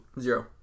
Zero